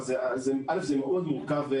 אבל דבר ראשון, זה מאוד מורכב.